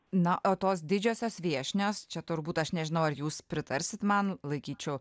na o tos didžiosios viešnios čia turbūt aš nežinau ar jūs pritarsit man laikyčiau